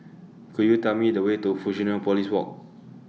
Could YOU Tell Me The Way to Fusionopolis Walk